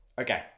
okay